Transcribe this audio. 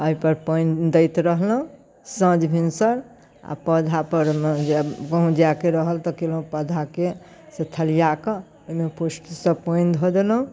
एहिपर पानि दैत रहलहुँ साँझ भिनसर आओर पौधापर जे कहूँ जाइके रहल तऽ केलहुँ पौधाके थलिआकऽ ओहिमे पुष्टसँ पानि धऽ देलहुँ